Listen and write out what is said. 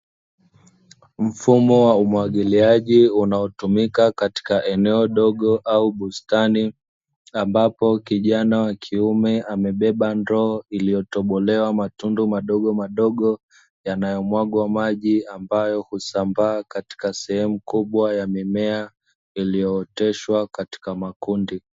Mfumo wa umwagiliaji unaotumika katika eneo dogo au bustani, ambapo kijana wa kiume amebeba ndoo iliyotobolewa matundu madogo madogo, yanayomwagwa maji ambayo husambaa katika sehemu kubwa ya mimea iliyooteshwa katika makundi.